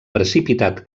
precipitat